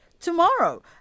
Tomorrow